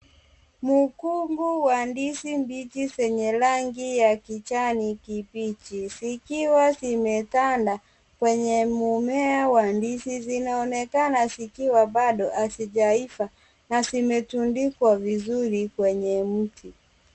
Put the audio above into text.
Mkungu wa ndizi mbichi zenye rangi ya kijani kibichi zikiwa zimetanda kwenye mmea wa ndizi zinaonekana zikiwa bado hazijaiva na zimetundikwa vizuri kwenye mti.